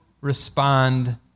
respond